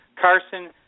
Carson